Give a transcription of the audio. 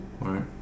right